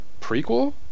prequel